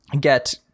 get